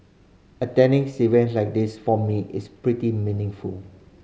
attending like this for me is pretty meaningful